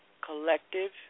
collective